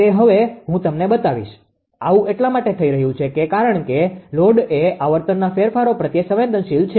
તે હવે હું તમને બતાવીશ આવું એટલા માટે થઈ રહ્યું કારણ કે લોડ એ આવર્તનના ફેરફારો પ્રત્યે સંવેદનશીલ છે